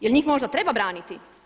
Jel njih možda treba braniti?